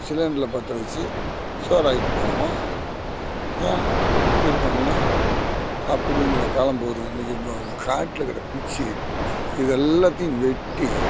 சிலிண்ட்ரில் பற்றவச்சி சோறாக்கிட்டு போவோம் ஏன் இது பண்ணும் அப்படிங்குற காலம் போவுதுங்க இன்னைக்கு காட்டில இருக்கிற குச்சி இதெல்லாத்தையும் வெட்டி